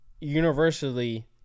universally